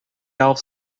valve